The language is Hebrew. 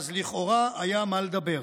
אז לכאורה היה מה לדבר.